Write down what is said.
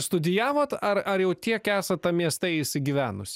studijavot ar ar jau tiek esat tam mieste įsigyvenus